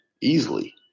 Easily